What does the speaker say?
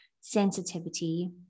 sensitivity